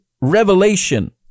revelation